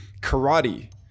karate